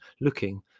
looking